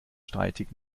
streitig